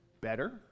better